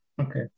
Okay